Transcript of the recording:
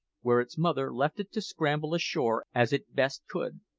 where its mother left it to scramble ashore as it best could.